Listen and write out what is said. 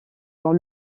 dans